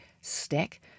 stack